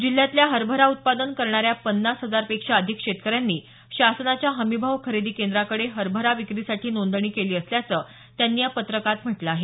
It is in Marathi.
जिल्ह्यातल्या हरभरा उत्पादन करणाऱ्या पन्नास हजार पेक्षा अधिक शेतकऱ्यांनी शासनाच्या हमीभाव खरेदी केंद्राकडे हरभरा विक्रीसाठी नोंदणी केली असल्याचं त्यांनी या पत्रकात म्हटलं आहे